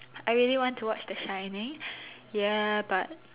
I really want to watch The Shining ya but